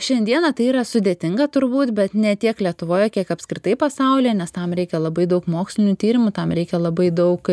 šiandieną tai yra sudėtinga turbūt bet ne tiek lietuvoje kiek apskritai pasaulyje nes tam reikia labai daug mokslinių tyrimų tam reikia labai daug